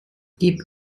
gibt